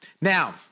Now